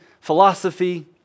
philosophy